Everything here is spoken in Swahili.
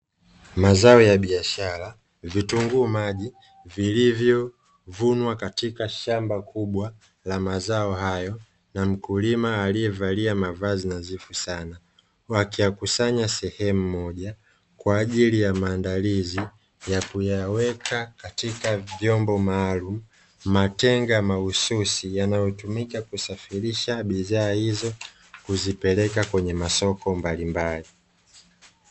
Mazao ya biashara vitunguu maji vilivyovunwa katika shamba kubwa la mazao hayo na mkulima aliyevalia mavazi nadhifu sana, wakiyakusanya sehemu moja kwa ajili ya maandalizi ya kuyaweka katika vyombo maalumu matenga; mahususi yanayotumika kusafirisha bidhaa hizo kuzipeleka kwenye masoko mbalimbali.